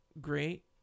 great